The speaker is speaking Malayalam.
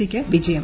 സി ക്ക് വിജയം